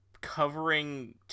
covering